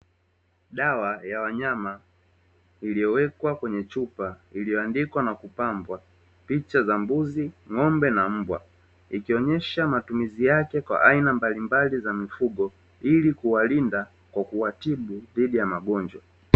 Dawa ya wanyama iliyowekwa kwenye chupa iliyoandikwa na kupambwa picha za mbuzi, ng'ombe, na mbwa, ikionyesha matumizi yake kwa aina mbalimbali za mifugo ili kuwalinda kwa kuwatibu dhidi ya magonjwa.